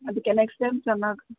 ಅದಕ್ಕೆ next time ಚೆನ್ನಾಗಿ